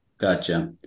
gotcha